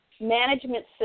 management